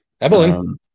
Evelyn